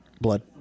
blood